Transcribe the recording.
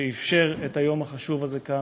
שאפשר את היום החשוב הזה כאן,